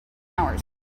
hours